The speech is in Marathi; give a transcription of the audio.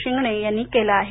शिंगणे यांनी केलं आहे